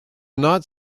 not